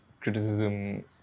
criticism